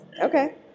Okay